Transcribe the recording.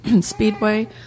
speedway